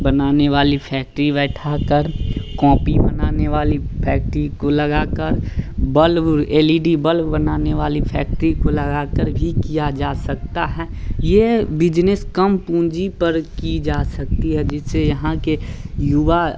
बनाने वाली फैक्ट्री बैठाकर कॉपी बनाने वाली फैक्ट्री को लगाकर bulb A E D bulb बनाने वाली फैक्ट्री को लगाकर भी किया जा सकता है ये बिजनेस कम पूँजी पर की जा सकती है जिसे यहाँ के युवा